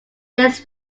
this